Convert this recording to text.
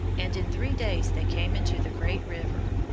and in three days they came into the great river.